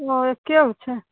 ओ एक्के गो छै